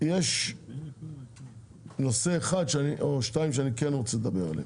יש נושא אחד או שניים שאני כן רוצה לדבר עליהם.